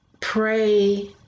Pray